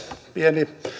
pieni